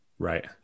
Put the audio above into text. Right